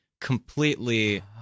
completely